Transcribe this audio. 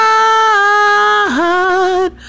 God